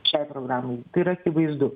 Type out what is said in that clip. šiai programai tai yra akivaizdu